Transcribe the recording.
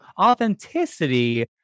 authenticity